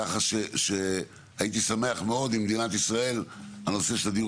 כך שהייתי שמח מאוד אם במדינת ישראל הנושא של הדיור